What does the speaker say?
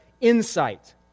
insight